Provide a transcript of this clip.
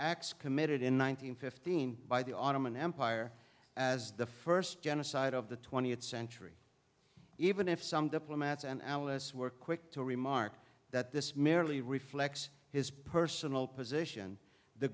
acts committed in one thousand fifteen by the autumn and empire as the first genocide of the twentieth century even if some diplomats and alice were quick to remark that this merely reflects his personal position the